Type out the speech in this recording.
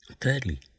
Thirdly